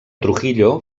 trujillo